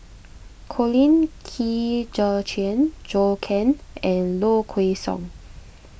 Colin Qi Zhe Quan Zhou Can and Low Kway Song